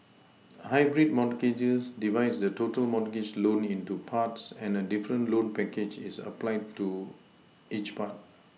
hybrid mortgages divides the total mortgage loan into parts and a different loan package is applied to each part